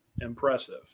impressive